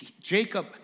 Jacob